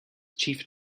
chief